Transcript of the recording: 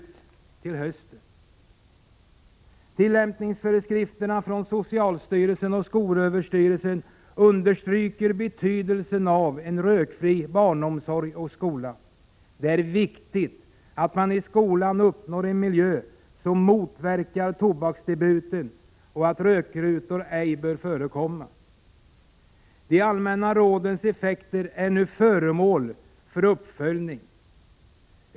Tillämpningsföreskrifterna från socialstyrelsen och skolöverstyrelsen understryker betydelsen av en rökfri barnomsorg och skola. Det är viktigt att man i skolan uppnår en miljö som motverkar tobaksdebuten, och rökrutor bör ej förekomma. De allmänna rådens effekter är nu föremål för uppföljning.